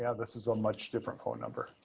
yeah this is a much different phone number.